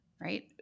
right